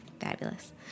Fabulous